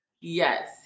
Yes